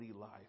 life